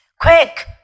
Quick